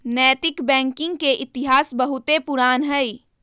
नैतिक बैंकिंग के इतिहास बहुते पुरान हइ